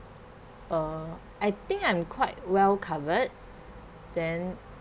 uh I think I'm quite well covered then